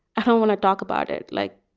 i don't want to talk about it. like,